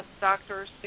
doctors